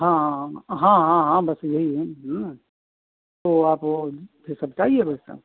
हाँ हाँ हाँ हाँ बस यही है ना तो आप वह जेसा चाहिए वैसा